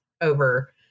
over